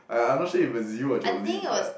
I I'm not sure if it's you or Jolene but